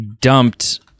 dumped